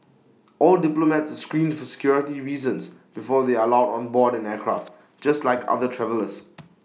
all diplomats are screened for security reasons before they are allowed on board an aircraft just like other travellers